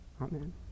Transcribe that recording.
Amen